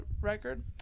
record